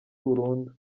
burundu